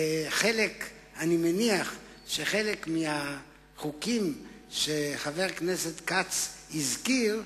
אני מניח שבחלק מהחוקים שחבר הכנסת כץ הזכיר,